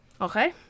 Okay